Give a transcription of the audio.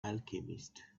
alchemist